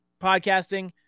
podcasting